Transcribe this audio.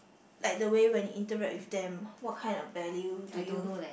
like the way when interact with them what kind of value do you